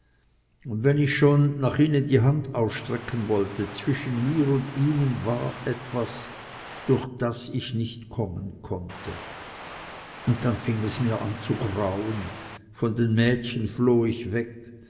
und wenn ich schon nach ihnen die hand ausstrecken wollte zwischen mir und ihnen war etwas durch das ich nicht kommen konnte und dann fing es mir an zu grauen von den mädchen floh ich weg